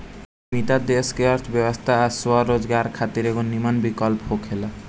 उद्यमिता देश के अर्थव्यवस्था आ स्वरोजगार खातिर एगो निमन विकल्प होखेला